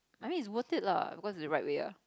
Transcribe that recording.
I mean is worth it lah because is the right way